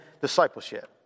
discipleship